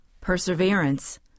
perseverance